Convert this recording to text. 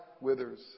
withers